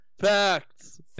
Facts